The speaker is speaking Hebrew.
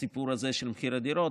הסיפור הזה של מחיר הדירות,